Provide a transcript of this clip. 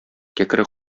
кәкре